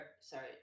Sorry